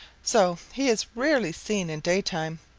so he is rarely seen in daytime,